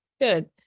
good